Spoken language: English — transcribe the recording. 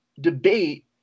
debate